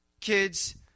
kids